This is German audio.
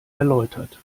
erläutert